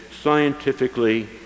scientifically